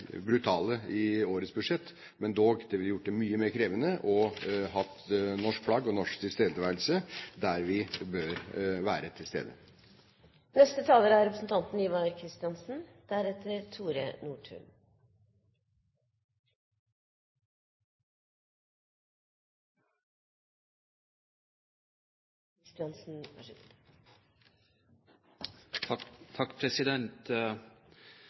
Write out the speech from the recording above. brutale i årets budsjett, men dog. Det ville gjort det mye mer krevende å ha norsk flagg og tilstedeværelse der vi bør være til